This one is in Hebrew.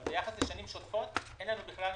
אבל ביחס לשנים שוטפות אין לנו בכלל נתונים.